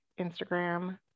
instagram